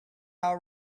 how